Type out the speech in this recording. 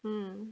mm